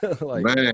man